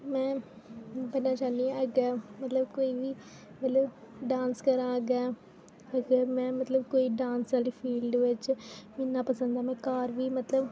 में बधना चाह्न्नीं आं अग्गें मतलब कोई बी मतलब डांस करांऽ अग्गें अग्गें में मतलब कोई डांस आह्ली फील्ड बिच इ'न्ना पसंद में घर बी मतलब